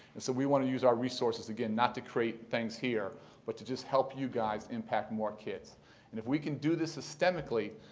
and so we want to use our resources, again, not to create things here but to just help you guys impact more kids. and if we can do this systemically,